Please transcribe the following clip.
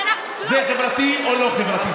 זה חברתי או לא חברתי?